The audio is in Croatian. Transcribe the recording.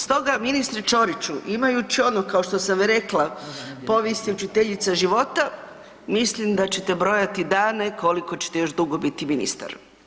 Stoga ministre Ćoriću, imajući ono, kao što sam i rekla, povijest je učiteljica života, mislim da ćete brojati dane koliko ćete još dugo biti ministar.